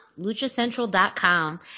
LuchaCentral.com